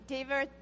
David